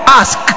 ask